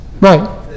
Right